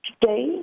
today